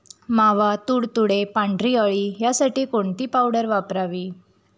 मावा, तुडतुडे, पांढरी अळी यासाठी कोणती पावडर वापरावी?